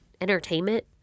entertainment